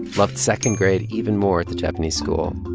loved second grade even more at the japanese school.